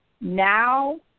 now